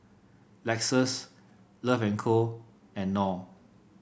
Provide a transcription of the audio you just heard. Lexus Love And Co and Knorr